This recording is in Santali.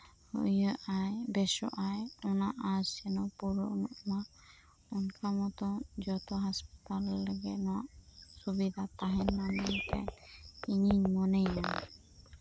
ᱤᱭᱟᱹᱜ ᱟᱭ ᱵᱮᱥᱚᱜ ᱟᱭ ᱚᱱᱟ ᱟᱥᱡᱮᱱᱚ ᱯᱩᱨᱚᱱᱚᱜ ᱢᱟ ᱚᱱᱠᱟᱢᱚᱛᱚ ᱡᱚᱛᱚ ᱦᱟᱸᱥᱯᱟᱛᱟᱞ ᱨᱮᱜᱮ ᱱᱚᱣᱟ ᱥᱩᱵᱤᱫᱷᱟ ᱛᱟᱦᱮᱱᱢᱟ ᱢᱮᱱᱛᱮ ᱤᱧᱤᱧ ᱢᱚᱱᱮᱭᱟ